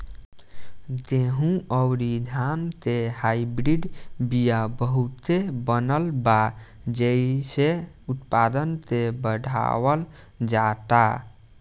गेंहू अउरी धान के हाईब्रिड बिया बहुते बनल बा जेइसे उत्पादन के बढ़ावल जाता